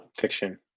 Fiction